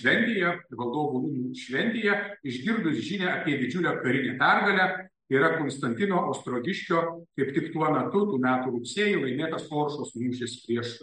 šventėje valdovų rūmų šventėje išgirdus žinią apie didžiulę karinę pergalę yra konstantino ostrogiškio ir tik tuo metu tų metų rugsėjį laimėtas oršos mūšis prieš